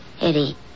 Eddie